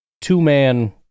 two-man